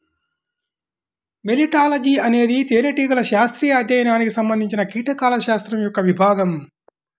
మెలిటాలజీఅనేది తేనెటీగల శాస్త్రీయ అధ్యయనానికి సంబంధించినకీటకాల శాస్త్రం యొక్క విభాగం